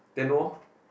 then no